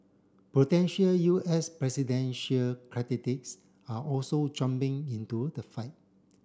potential U S presidential are also jumping into the fight